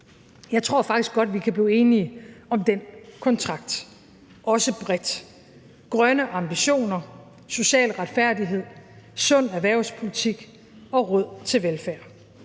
Jeg tror faktisk godt, vi kan blive enige om den kontrakt, også bredt – altså grønne ambitioner, social retfærdighed, sund erhvervspolitik og råd til velfærd.